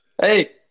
Hey